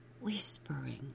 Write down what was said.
whispering